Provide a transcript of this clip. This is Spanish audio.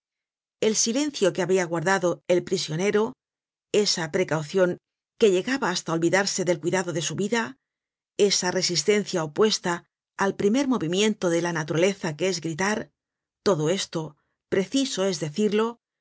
el silencio que habia guardado el prisionero esa precaucion que llegaba hasta olvidarse del cuidado de su vida esa resistencia opuesta al primer movimiento de la naturaleza que es gritar todo esto preciso es decirlo